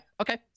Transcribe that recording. okay